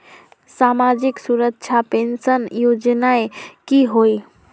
सामाजिक सुरक्षा पेंशन योजनाएँ की होय?